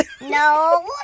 No